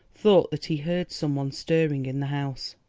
thought that he heard some one stirring in the house.